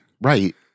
Right